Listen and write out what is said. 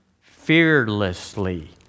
fearlessly